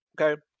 Okay